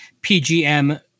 PGM